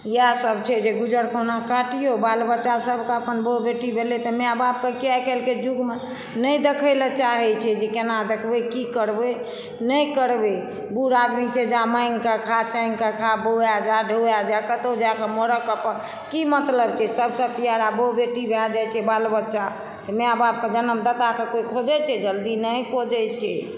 इएह सब छै जे गुजर कहूना काटिऔ बाल बच्चा सब अपन हमरो बेटी भेलै तऽ माय बापके आइकाल्हिके युगमे नहि देखै लए चाहै छै जे केना देखबै की करबै नहि करबै बुढ़ आदमी छै जँ मांगि कऽ खा चाईंग कऽ खा बौआ जा ढौआ जा कतौ जाकऽ मरऽ खपऽ की मतलब छै सबसँ प्यारा बहु बेटी भए जाइ छै बाल बच्चा माय बापके जन्मदाताके केओ खोजे छै जल्दी नहि खोजै छै